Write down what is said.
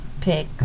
pick